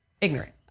ignorant